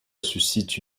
suscite